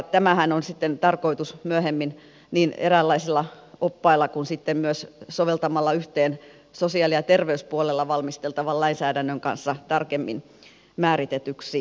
tämähän on sitten tarkoitus myöhemmin niin eräänlaisilla oppailla kuin sitten myös soveltamalla yhteen sosiaali ja terveyspuolella valmisteltavan lainsäädännön kanssa saada tarkemmin määritetyksi